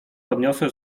poniosę